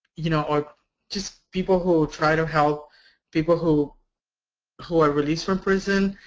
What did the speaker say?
you know or just people who try to help people who who are released from prison,